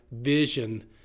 vision